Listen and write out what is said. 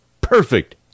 perfect